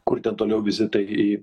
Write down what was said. kur ten toliau vizitai į